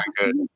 good